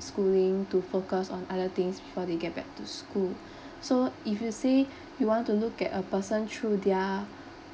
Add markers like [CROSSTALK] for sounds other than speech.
schooling to focus on other things before they get back to school [BREATH] so if you say [BREATH] you want to look at a person through their